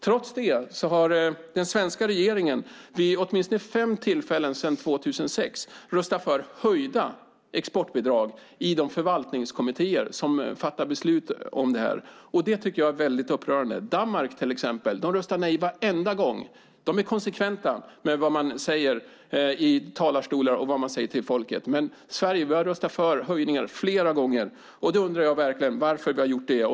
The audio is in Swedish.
Trots detta har den svenska regeringen vid åtminstone fem tillfällen sedan 2006 röstat för höjda exportbidrag i de förvaltningskommittéer som fattar beslut om detta. Det är upprörande. Danmark röstar nej varenda gång; de är konsekventa med vad de säger i talarstolar och till folket. Sverige har däremot röstat för höjningar flera gånger. Jag undrar varför vi har gjort det.